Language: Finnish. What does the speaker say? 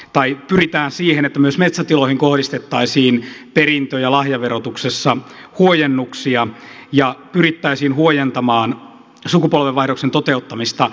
tai pyritään siihen että myös metsätiloihin kohdistettaisiin perintö ja lahjaverotuksessa huojennuksia ja pyrittäisiin huojentamaan sukupolvenvaihdoksen toteuttamista metsätiloille